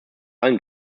allem